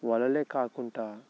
వలలే కాకుండా